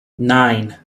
nine